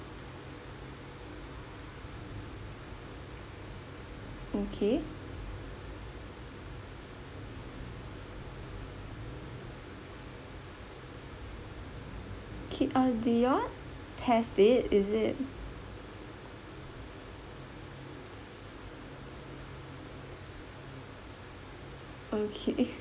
okay okay uh did you all test it is it okay